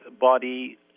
body